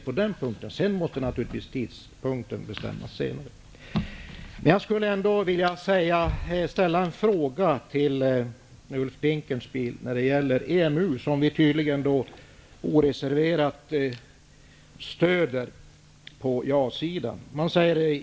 Tidpunkten får naturligtvis bestämmas senare. EMU, som ni på ja-sidan tydligen oreserverat stöder.